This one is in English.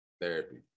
therapy